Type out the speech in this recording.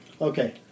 Okay